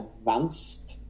advanced